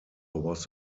was